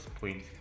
point